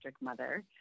mother